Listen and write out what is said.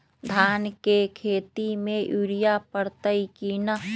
धान के खेती में यूरिया परतइ कि न?